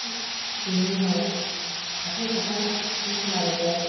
बेनि उनाव थाथ' थाथा मोसालाबायबाय